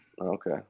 Okay